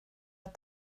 att